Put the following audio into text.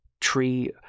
tree